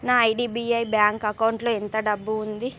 నా IDBI bank అకౌంటులో ఎంత డబ్బు ఉంది